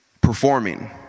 Performing